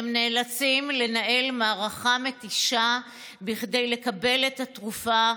הם נאלצים לנהל מערכה מתישה כדי לקבל את התרופה,